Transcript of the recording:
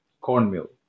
cornmeal